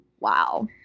Wow